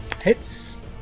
hits